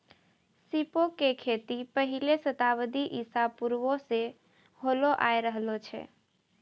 सीपो के खेती पहिले शताब्दी ईसा पूर्वो से होलो आय रहलो छै